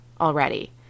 already